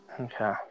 okay